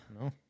No